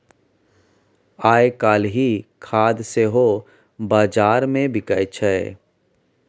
आयकाल्हि खाद सेहो बजारमे बिकय छै